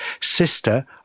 sister